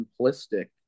simplistic